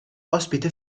ospite